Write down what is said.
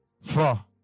four